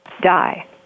die